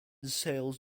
sales